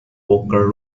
poker